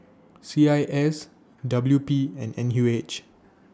C I S W P and N U H